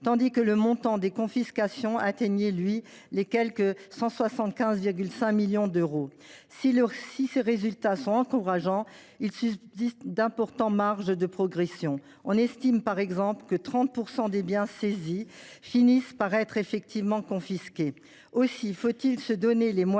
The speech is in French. tandis que le montant des confiscations atteignait les quelque 175,5 millions d’euros. Si ces résultats sont encourageants, d’importantes marges de progression subsistent. On estime, par exemple, que seuls 30 % des biens saisis finissent par être effectivement confisqués. Aussi faut il se donner les moyens de frapper encore